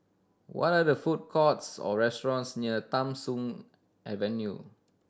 what are food courts or restaurants near Tham Soong Avenue